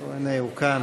הינה, הוא כאן.